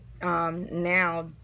Now